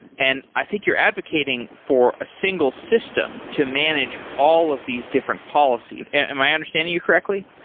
and i think you're advocating for a single system to manage all of these different policy. am i understanding you correctly?